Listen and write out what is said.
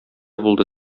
булды